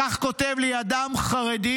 כך כותב לי אדם חרדי,